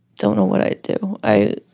don't know what i'd do. i